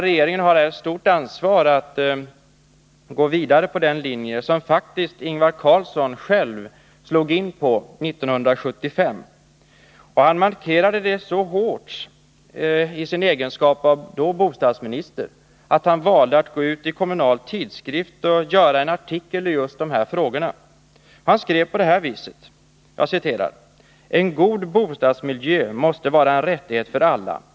Regeringen har här ett stort ansvar och bör gå vidare på den linje som faktiskt Ingvar Carlsson själv slog in på 1975. Han markerade det så hårt i egenskap av bostadsminister att han valde att skriva en artikel i Kommunal Tidskrift om just dessa frågor. Han skrev: ”En god bostadsmiljö måste vara en rättighet för alla.